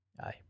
Aye